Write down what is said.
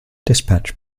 dispatch